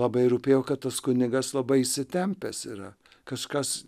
labai rūpėjo kad tas kunigas labai įsitempęs yra kažkas